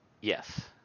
Yes